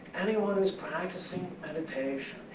anyone who's practicing meditation,